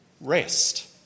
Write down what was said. rest